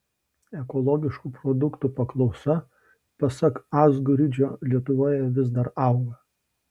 ekologiškų produktų paklausa pasak azguridžio lietuvoje vis dar auga